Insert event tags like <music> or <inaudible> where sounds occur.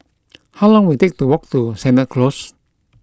<noise> how long will take to walk to Sennett Close